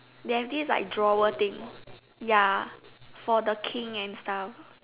they have this like drawer thing ya for the King and stuff